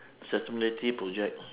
sustainability projects